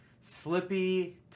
Slippy